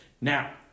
Now